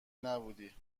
نبودی